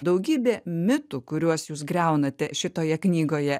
daugybė mitų kuriuos jūs griaunate šitoje knygoje